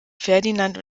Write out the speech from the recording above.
ferdinand